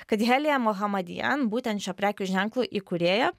kad helija mohamadian būten šio prekių ženklo įkūrėja